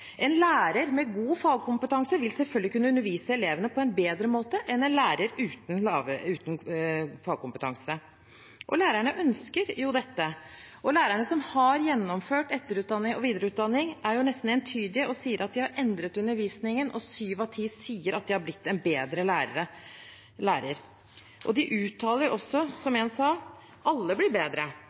En lærer med god fagkompetanse vil selvfølgelig kunne undervise elevene på en bedre måte enn en lærer uten fagkompetanse. Lærerne ønsker jo dette. Lærerne som har gjennomført etter- og videreutdanning, er jo nesten entydige og sier at de har endret undervisningen. Syv av ti sier at de har blitt en bedre lærer. De uttaler også, som én sa: «Alle blir bedre.